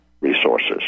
resources